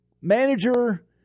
Manager